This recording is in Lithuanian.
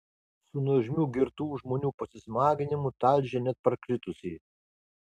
su nuožmiu girtų žmonių pasismaginimu talžė net parkritusį